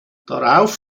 darauf